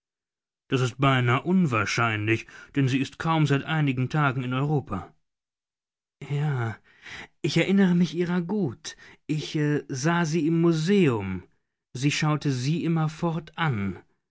das ist beinahe unwahrscheinlich denn sie ist kaum seit einigen tagen in europa ja ich erinnere mich ihrer gut ich sah sie im museum sie schaute sie